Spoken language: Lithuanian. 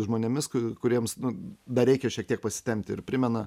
žmonėmis kuriems nu dar reikia šiek tiek pasitempti ir primena